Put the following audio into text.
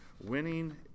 Winning